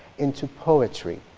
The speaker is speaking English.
into poetry.